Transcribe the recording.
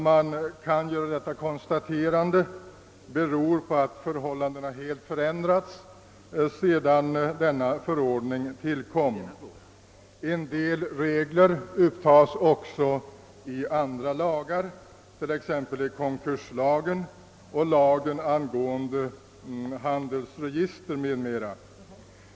Man kan göra detta konstaterande därför att förhållandena helt ändrats sedan denna förordning tillkom. Vissa regler upptas också i andra lagar, t.ex. i konkurslagen angående handelsregister m.m.